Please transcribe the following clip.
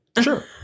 Sure